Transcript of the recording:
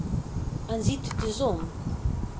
verdwijnen aanziet de zon